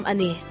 Ani